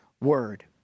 word